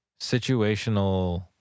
situational